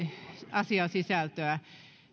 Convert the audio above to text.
asiasisältöä